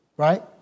Right